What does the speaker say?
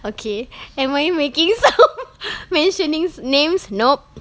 okay and why you making some mentioning s~ names nope